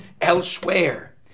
elsewhere